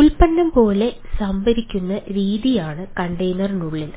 ഉൽപ്പന്നം പോലെ സംഭരിക്കുന്ന രീതിയാണ് കണ്ടെയ്നറിനുള്ളിൽ